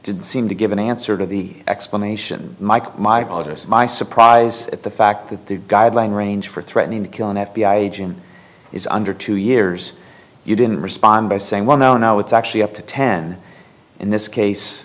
didn't seem to give an answer to the explanation mike my father's my surprise at the fact that the guideline range for threatening to kill an f b i agent is under two years you didn't respond by saying well no now it's actually up to ten in this case